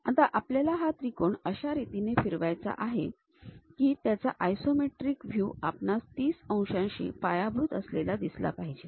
आता आपल्याला हा त्रिकोण अशा रीतीने फिरवायचा आहे की त्याचा आयसोमेट्रिक व्ह्यू आपणास ३० अंशाशी पायाभूत असलेला दिसला पाहिजे